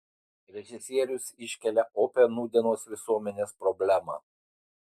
režisierius iškelia opią nūdienos visuomenės problemą